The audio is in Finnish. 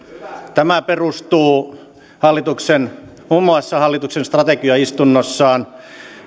tämä perustuu hallituksen omassa hallituksen strategiaistunnossaan